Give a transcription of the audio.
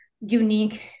unique